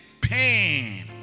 pain